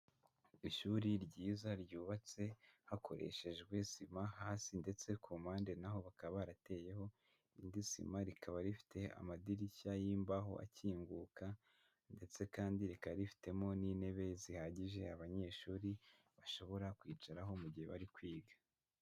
Ishuri ryiza ryubatse hakoreshejwe sima hasi ndetse ku mpande na ho bakaba barateyeho indi sima, rikaba rifite amadirishya y'imbaho akinguka, ndetse kandi rikaba rifitemo n'intebe zihagije abanyeshuri bashobora kwicaraho mu gihe bari kwiga.